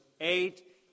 eight